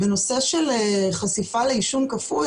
בנושא של חשיפה לעישון כפוי,